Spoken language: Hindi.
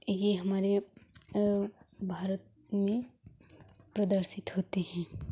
ये हमारे भारत में प्रदर्शित होते हैं